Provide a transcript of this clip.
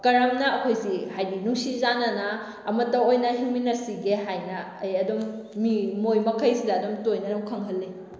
ꯀꯔꯝꯅ ꯑꯩꯈꯣꯏꯁꯤ ꯍꯥꯏꯗꯤ ꯅꯨꯡꯁꯤ ꯆꯥꯅꯅ ꯑꯃꯠꯇ ꯑꯣꯏꯅ ꯍꯤꯡꯃꯤꯟꯅꯁꯤꯒꯦ ꯍꯥꯏꯗꯅ ꯑꯩ ꯑꯗꯨꯝ ꯃꯤ ꯃꯣꯏ ꯃꯈꯩꯁꯤꯗ ꯑꯗꯨꯝ ꯇꯣꯏꯅ ꯈꯪꯍꯜꯂꯤ